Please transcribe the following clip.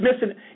missing